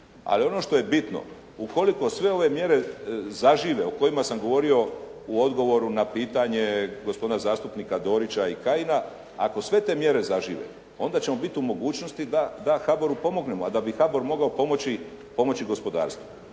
Ali ono što je bitno, ukoliko sve ove mjere zažive o kojima sam govorio u odgovoru na pitanje gospodina zastupnika Dorića i Kajina, ako sve te mjere zažive onda ćemo biti u mogućnosti da HABOR-u pomognemo, a da bi HABOR mogao pomoći gospodarstvu.